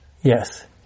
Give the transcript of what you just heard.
Yes